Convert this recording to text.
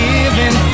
Giving